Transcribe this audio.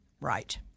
Right